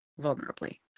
vulnerably